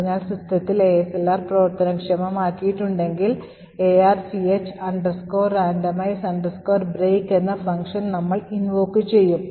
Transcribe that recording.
അതിനാൽ സിസ്റ്റത്തിൽ ASLR പ്രവർത്തനക്ഷമമാക്കിയിട്ടുണ്ടെങ്കിൽ arch randomize break എന്ന function നമ്മൾ invoke ചെയ്യും